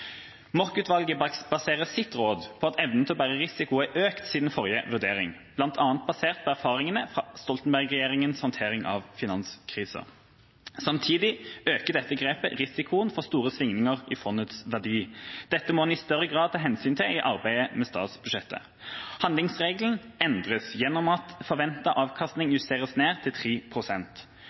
baserer sitt råd på at evnen til å bære risiko er økt siden forrige vurdering, bl.a. basert på erfaringene fra Stoltenberg-regjeringens håndtering av finanskrisen. Samtidig øker dette grepet risikoen for store svingninger i fondets verdi. Dette må en i større grad ta hensyn til i arbeidet med statsbudsjettet. Handlingsregelen endres gjennom at forventet avkastning justeres ned til